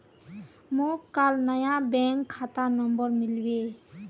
मोक काल नया बैंक खाता नंबर मिलबे